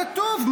כתוב.